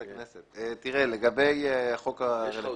לגבי החוק הרלוונטי.